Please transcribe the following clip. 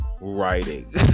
writing